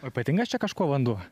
o ypatingas čia kažkuo vanduo